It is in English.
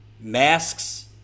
Masks